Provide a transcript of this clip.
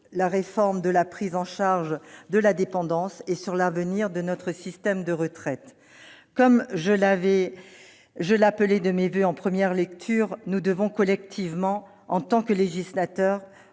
la réforme de la prise en charge de la dépendance et sur l'avenir de notre système de retraites. Comme je l'appelais de mes voeux en première lecture, nous devons collectivement, en tant que législateurs,